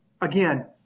again